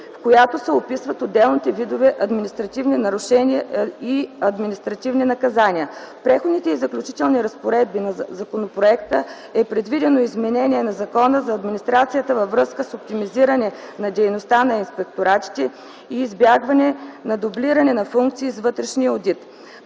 в която се описват отделните видове административни нарушения и административни наказания. В Преходните и заключителните разпоредби на законопроекта е предвидено изменение на Закона за администрацията във връзка с оптимизиране на дейността на инспекторатите и избягване на дублиране на функции с вътрешния одит.